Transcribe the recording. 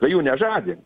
jų nežadint